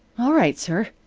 all right, sir,